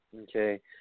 Okay